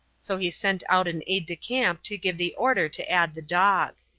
so he sent out an aide-de-camp to give the order to add the dog.